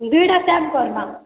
ଦୁଇଟା କ୍ୟାବ୍ କର୍ବା